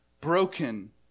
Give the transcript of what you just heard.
broken